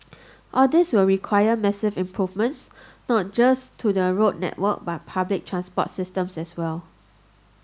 all this will require massive improvements not just to the road network but public transport systems as well